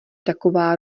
taková